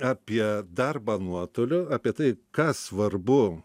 apie darbą nuotoliu apie tai ką svarbu